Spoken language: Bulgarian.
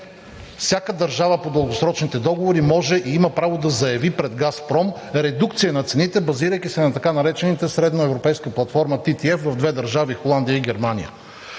всяка държава по дългосрочните договори може и има право да заяви пред „Газпром“ редукция на цените, базирайки се на така наречената средноевропейска платформа TTF в две държави – Холандия и Германия.